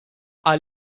għal